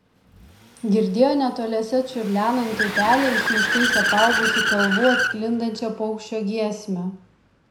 girdėjo netoliese čiurlenantį upelį iš miškais apaugusių kalvų atsklindančią paukščio giesmę